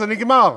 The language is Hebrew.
זה נגמר.